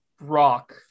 rock